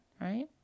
right